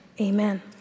Amen